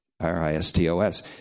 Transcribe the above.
R-I-S-T-O-S